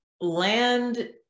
Land